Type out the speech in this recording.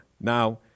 Now